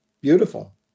beautiful